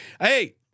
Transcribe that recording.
Hey